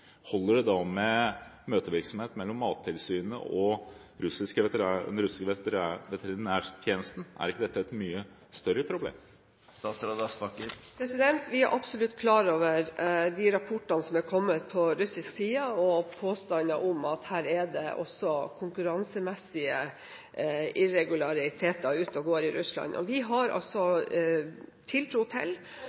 holder det da med møtevirksomhet mellom Mattilsynet og den russiske veterinærtjenesten? Er ikke dette et mye større problem? Vi er absolutt klar over de rapportene som er kommet på russisk side, og påstander om at det også er konkurransemessig irregularitet i Russland. Vi har tiltro til at dette er noe som russiske myndigheter ordner opp i på sin side. På en annen side er det også